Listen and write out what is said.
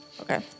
Okay